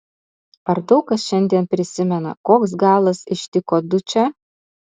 ar daug kas šiandien prisimena koks galas ištiko dučę